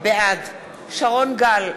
בעד שרון גל,